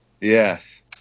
Yes